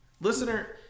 listener